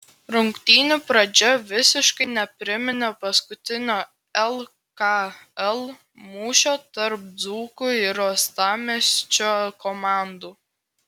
rungtynių pradžia visiškai nepriminė paskutinio lkl mūšio tarp dzūkų ir uostamiesčio komandų